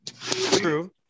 True